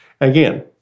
Again